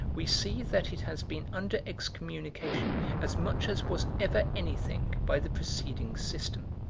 we see that it has been under excommunication as much as was ever anything by the preceding system.